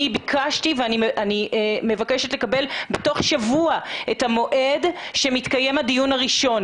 אני ביקשתי ואני מבקשת לקבל בתוך שבוע את המועד בו מתקיים הדיון הראשון.